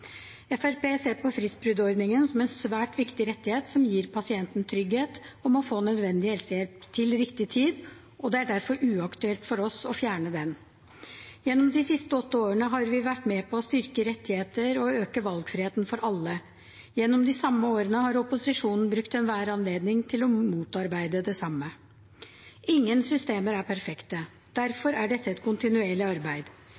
ser på fristbruddordningen som en svært viktig rettighet som gir pasienten trygghet for å få nødvendig helsehjelp til riktig tid, og det er derfor uaktuelt for oss å fjerne den. Gjennom de siste åtte årene har vi vært med på å styrke rettighetene og øke valgfriheten for alle. Gjennom de samme årene har opposisjonen brukt enhver anledning til å motarbeide det samme. Ingen systemer er perfekte, derfor er dette et kontinuerlig arbeid.